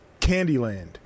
Candyland